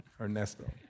Ernesto